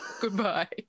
goodbye